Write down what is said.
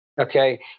Okay